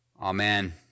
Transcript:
Amen